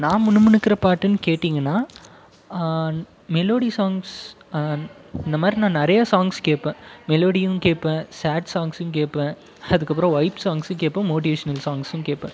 நான் முணுமுணுக்கிற பாட்டுன்னு கேட்டிங்கன்னால் மெலோடி சாங்ஸ் இந்த மாதிரி நான் நிறைய சாங்ஸ் கேட்பேன் மெலோடியும் கேட்பேன் சேட் சாங்ஸ்ஸும் கேட்பேன் அதுக்கப்புறம் வைப்ஸ் சாங்ஸ்ஸும் கேட்பேன் மோட்டிவேஷனல் சாங்ஸ்ஸும் கேட்பேன்